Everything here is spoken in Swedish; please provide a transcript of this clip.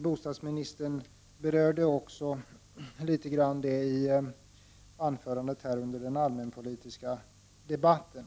Bostadsministern berörde denna fråga något under den allmänpolitiska debatten.